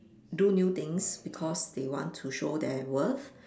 do new things because they want to show their worth